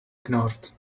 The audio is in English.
ignored